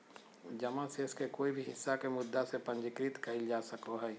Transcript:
जमा शेष के कोय भी हिस्सा के मुद्दा से पूंजीकृत कइल जा सको हइ